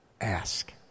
Ask